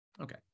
Okay